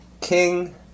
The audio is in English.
King